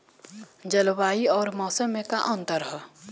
जलवायु अउर मौसम में का अंतर ह?